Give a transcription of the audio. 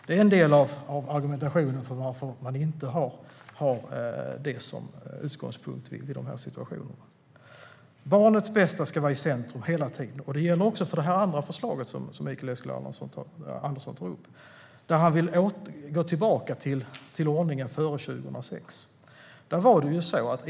Det är en del av argumentationen för varför man inte har det som utgångspunkt i de här situationerna. Barnets bästa ska hela tiden vara i centrum. Det gäller också för det andra förslag som Mikael Eskilandersson tar upp, där han vill gå tillbaka till ordningen före 2006.